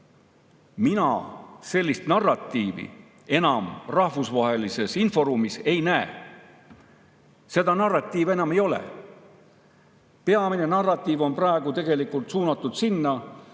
Mina sellist narratiivi enam rahvusvahelises inforuumis ei näe. Seda narratiivi enam ei ole. Peamine narratiiv on praegu tegelikult suunatud sinna,